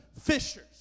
fishers